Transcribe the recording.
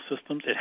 systems